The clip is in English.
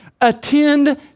Attend